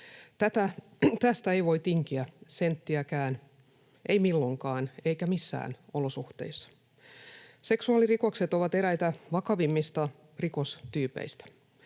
Tästä ei voi tinkiä senttiäkään, ei milloinkaan eikä missään olosuhteissa. Seksuaalirikokset ovat eräitä vakavimmista rikostyypeistä.